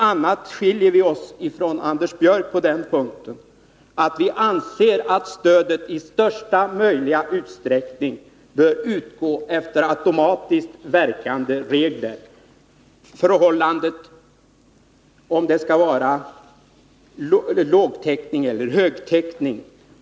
a. skiljer vi oss från Anders Björck på den punkten att vi anser att stödet i största möjliga utsträckning bör utgå efter automatiskt verkande regler med hänsyn till om det skall vara lågtäckning eller högtäckning.